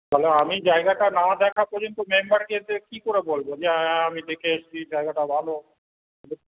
তাহলে আমি জায়গাটা না দেখা পর্যন্ত মেম্বারদেরকে কী করে বলবো যে হ্যাঁ আমি দেখে এসছি জায়গাটা ভালো